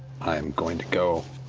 i am going to go.